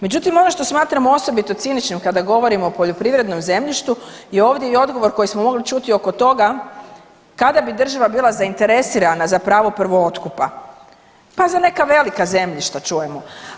Međutim, ono što smatramo osobito ciničnim kada govorimo o poljoprivrednom zemljištu je ovdje i odgovor koji smo mogli čuti oko toga kada bi država bila zainteresirana za pravo prvootkupa, pa za neka velika zemljišta čujemo.